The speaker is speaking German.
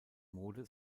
mode